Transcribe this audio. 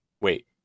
wait